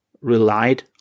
relied